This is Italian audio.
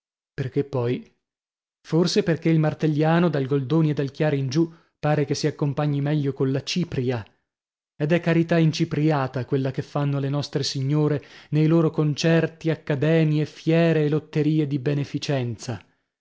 perchè poi forse perchè il martelliano dal goldoni e dal chiari in giù pare che si accompagni meglio colla cipria ed è carità incipriata quella che fanno le nostre signore nei loro concerti accademie fiere e lotterie di beneficenza